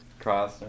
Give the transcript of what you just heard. cross